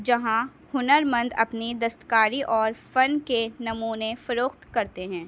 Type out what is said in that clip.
جہاں ہنر مند اپنی دستکاری اور فن کے نمونے فروخت کرتے ہیں